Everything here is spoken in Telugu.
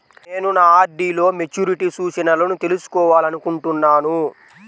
నేను నా ఆర్.డీ లో మెచ్యూరిటీ సూచనలను తెలుసుకోవాలనుకుంటున్నాను